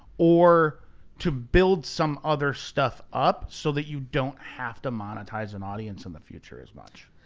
or to build some other stuff up so that you don't have to monetize an audience in the future as much?